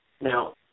Now